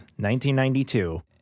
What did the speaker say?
1992